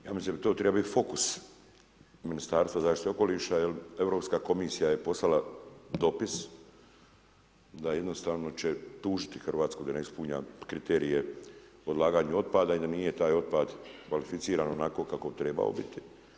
Ja mislim da to treba biti fokus Ministarstva zaštite okoliša jer Europska komisija je poslala dopis da je jednostavno će tužiti Hrvatsku da ne ispunjava kriterije odlaganja otpada i da nije taj otpad kvalificiran onako bi trebao biti.